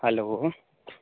hello